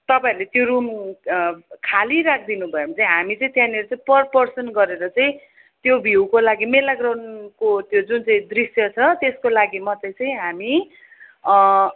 तपाईँहरूले त्यो रुम खाली राखी दिनुभयो भने चाहिँ हामी चाहिँ त्यहाँनिर चाहिँ पर पर्सन गरेर चाहिँ त्यो भ्यूको लागि मेला ग्राउन्डको त्यो जुन चाहिँ दृश्य छ त्यसको लागि मात्रै चाहिँ हामी